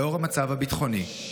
לאור המצב הביטחוני,